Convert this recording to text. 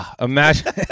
Imagine